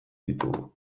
ditugu